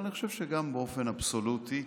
אבל אני חושב שגם באופן אבסולוטי,